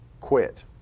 quit